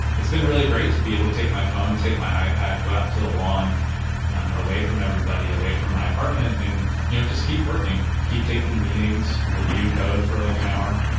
it's been really great to be able to take my phone, take my ipad, go out to the lawn away from everybody, away from my apartment, and you just keep working. keep taking meetings, review code for like an hour.